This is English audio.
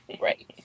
Right